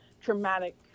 traumatic